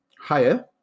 higher